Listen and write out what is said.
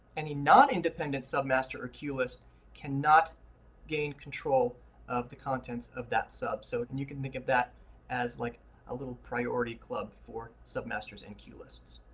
any non-independent submaster or cue list cannot gain control of the contents of that sub. so and you can think of that as like a little priority club for submasters in cue lists.